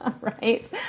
Right